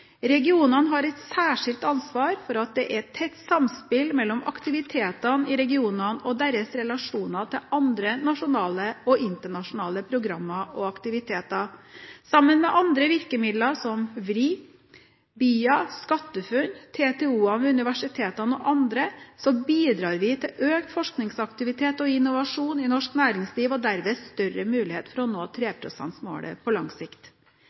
Regionene har et særskilt ansvar for at det er tett samspill mellom aktivitetene i regionene og deres relasjoner til andre nasjonale og internasjonale programmer og aktiviteter. Sammen med andre virkemidler, som VRI, virkemidler for regional innovasjon, BIA, SkatteFUNN, TTO-ene ved universitetene og andre, så bidrar vi til økt forskningsaktivitet og innovasjon i norsk næringsliv og har derved større muligheter for å nå 3 pst.-målet på lang sikt.